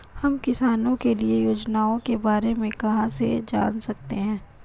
हम किसानों के लिए योजनाओं के बारे में कहाँ से जान सकते हैं?